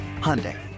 Hyundai